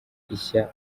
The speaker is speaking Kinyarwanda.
ishya